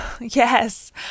Yes